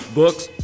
books